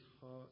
heart